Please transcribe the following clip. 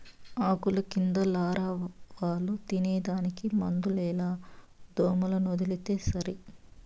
ఆకుల కింద లారవాలు తినేదానికి మందులేల దోమలనొదిలితే సరి